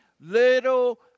little